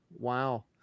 wow